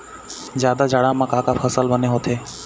जादा जाड़ा म का का फसल बने होथे?